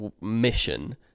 mission